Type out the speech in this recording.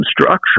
structure